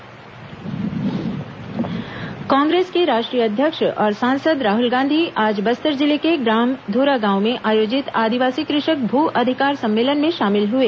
राहल गांधी बस्तर दौरा कांग्रेस के राष्ट्रीय अध्यक्ष और सांसद राहुल गांधी ने आज बस्तर जिले के ग्राम धुरागांव में आयोजित आदिवासी कृषक भू अधिकार सम्मेलन में शामिल हुए